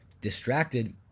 distracted